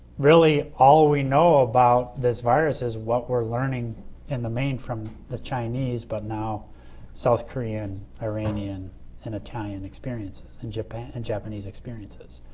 really all we know about this virus is what we're learning in the main from the chinese but now south korean, iranian and italian experiences, and japanese and japanese experiences.